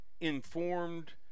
informed